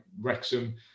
Wrexham